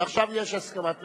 עכשיו יש הסכמת ממשלה,